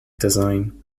design